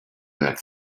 not